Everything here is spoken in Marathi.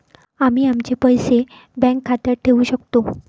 आम्ही आमचे पैसे बँक खात्यात ठेवू शकतो